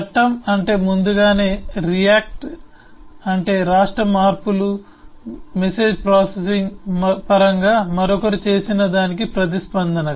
చట్టం అంటే ముందుగానే రియాక్ట్ అంటే రాష్ట్ర మార్పులు మరియు మెసేజ్ పాసింగ్ పరంగా మరొకరు చేసిన దానికి ప్రతిస్పందనగా